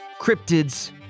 cryptids